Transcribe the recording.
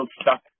stuck